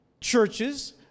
churches